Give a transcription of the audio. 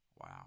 Wow